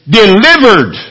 delivered